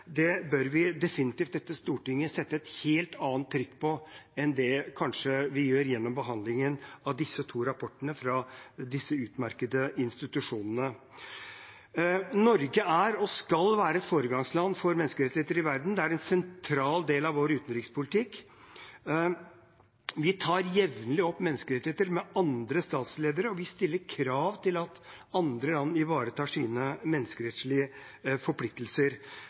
Det bør dette stortinget definitivt sette et helt annet trykk på enn vi kanskje gjør gjennom behandlingen av disse to rapportene fra disse utmerkede institusjonene. Norge er og skal være et foregangsland for menneskerettigheter i verden. Det er en sentral del av vår utenrikspolitikk. Vi tar jevnlig opp menneskerettigheter med andre statsledere, og vi stiller krav til at andre land ivaretar sine menneskerettslige forpliktelser.